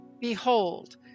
Behold